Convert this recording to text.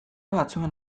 batzuen